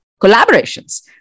collaborations